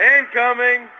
Incoming